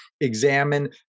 examine